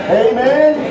amen